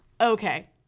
Okay